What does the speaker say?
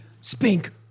Spink